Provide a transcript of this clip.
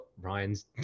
Ryan's